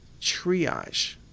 triage